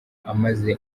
amaze